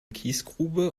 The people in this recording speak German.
kiesgrube